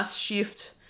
shift